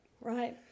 Right